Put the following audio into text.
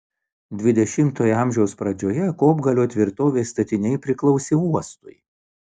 dvidešimtojo amžiaus pradžioje kopgalio tvirtovės statiniai priklausė uostui